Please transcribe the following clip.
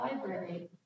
library